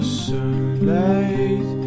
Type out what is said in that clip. sunlight